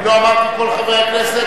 אני לא אמרתי "כל חברי הכנסת",